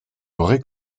l’aurez